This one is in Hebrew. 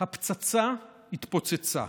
"הפצצה התפוצצה,